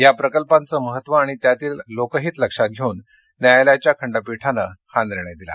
या प्रकल्पांचं महत्त्व आणि त्यातील लोकहित लक्षात घेऊन न्यायालयाच्या खंडपीठानं हा निर्णय दिला